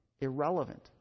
irrelevant